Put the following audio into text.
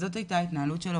זו הייתה ההתנהלות שלו.